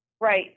Right